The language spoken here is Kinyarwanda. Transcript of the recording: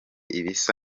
ibisa